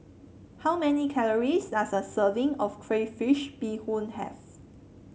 how many calories does a serving of Crayfish Beehoon have